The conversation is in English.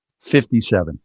57